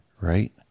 right